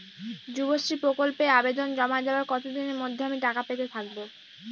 যুবশ্রী প্রকল্পে আবেদন জমা দেওয়ার কতদিনের মধ্যে আমি টাকা পেতে থাকব?